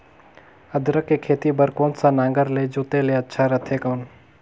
अदरक के खेती बार कोन सा नागर ले जोते ले अच्छा रथे कौन?